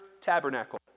tabernacle